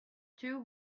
two